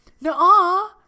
no